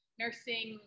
nursing